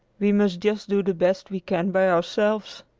we must just do the best we can by ourselves.